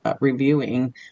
reviewing